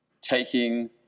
taking